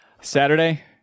Saturday